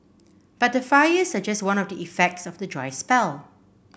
but the fires are just one of the effects of the dry spell